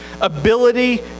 ability